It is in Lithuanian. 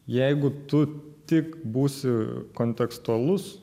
jeigu tu tik būsi kontekstualus